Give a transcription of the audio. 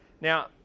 Now